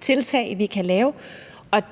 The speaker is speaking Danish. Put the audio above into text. tiltag, vi kan lave,